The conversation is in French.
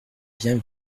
bien